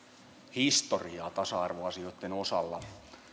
historiaa tasa arvoasioitten osalla